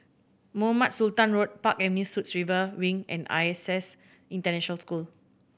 Mohamed Sultan Road Park Avenue Suites River Wing and I S S International School